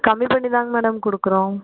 கம்மி பண்ணிதாங்க மேடம் கொடுக்குறோம்